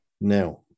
Now